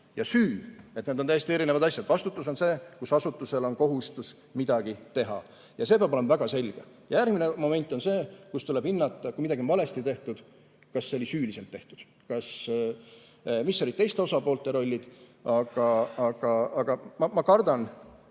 ja süüd. Need on täiesti erinevad asjad. Vastutus on see, kus asutusel on kohustus midagi teha. See peab olema väga selge. Järgmine moment on see, kus tuleb hinnata, et kui midagi on valesti tehtud, siis kas see oli süüliselt tehtud, mis olid teiste osapoolte rollid. Aga ma kardan,